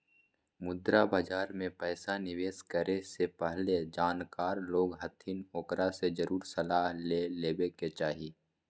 मुद्रा बाजार मे पैसा निवेश करे से पहले जानकार लोग हथिन ओकरा से जरुर सलाह ले लेवे के चाही